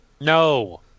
no